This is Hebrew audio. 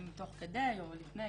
אם תוך כדי או לפני,